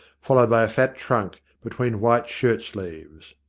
followed by a fat trunk, between white shirt-sleeves.